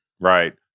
Right